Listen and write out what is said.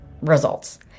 results